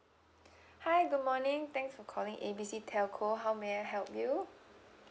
hi good morning thanks for calling A B C telco how may I help you